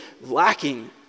lacking